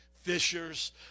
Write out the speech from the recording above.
fishers